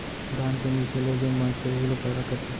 धान के मीसे ले जेन बॉंचथे उही ल पैरा कथें